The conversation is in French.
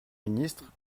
ministre